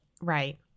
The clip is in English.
Right